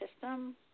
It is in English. system